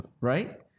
right